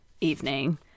evening